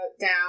down